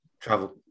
travel